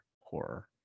horror